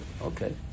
okay